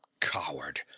coward